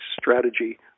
strategy